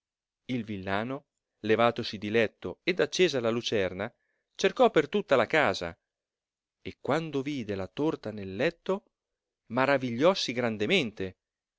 il villano levatosi di letto ed accesa la lucerna cercò per tutta la casa e quando vide la torta nel letto maravigliossi grandemente